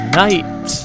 night